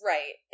Right